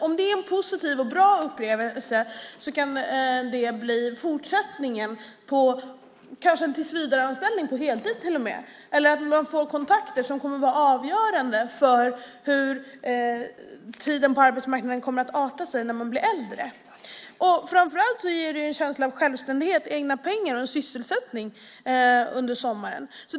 Om det är en positiv och bra upplevelse kan det bli fortsättningen på en tillsvidareanställning på till och med heltid eller att man får kontakter som kan vara avgörande för hur tiden på arbetsmarknaden kommer att arta sig när man blir äldre. Framför allt ger det en känsla av självständighet, egna pengar, och sysselsättning under sommaren.